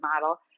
model